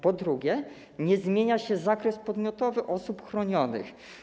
Po drugie, nie zmienia się zakres podmiotowy osób chronionych.